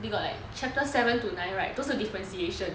they got like chapter seven to nine right 都是 differentiation